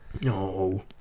No